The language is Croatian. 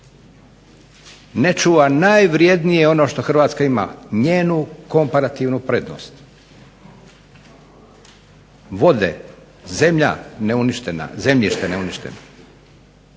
ne čuva najvrjednije ono što Hrvatska ima, njenu komparativnu prednost. Vode, zemlja neuništena, zemljište neuništeno,